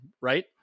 right